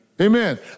Amen